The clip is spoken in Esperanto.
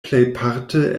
plejparte